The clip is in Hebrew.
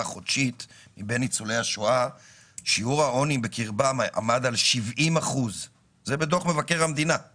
חודשית מבין ניצולי השואה עמד על 70%. השאלה שלי היא